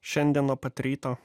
šiandien nuo pat ryto